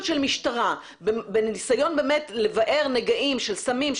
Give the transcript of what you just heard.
של משטרה בניסיון באמת לבער נגעים של סמים,